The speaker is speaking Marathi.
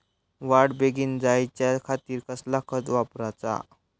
वाढ बेगीन जायच्या खातीर कसला खत वापराचा?